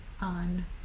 on